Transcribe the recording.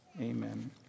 Amen